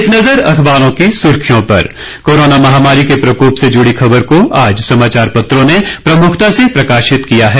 एक नज़र अखबारों की सुर्खियों पर कोरोना महामारी के प्रकोप से जुड़ी खबर को आज समाचार पत्रों ने प्रमुखता से प्रकाशित किया है